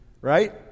right